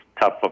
tough